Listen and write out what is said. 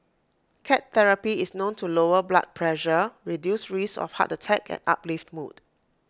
cat therapy is known to lower blood pressure reduce risks of heart attack and uplift mood